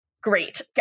Great